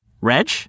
Reg